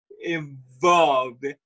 involved